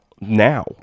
now